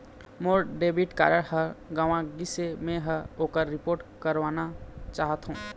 मोर debit card ह गंवा गिसे, मै ह ओकर रिपोर्ट करवाना चाहथों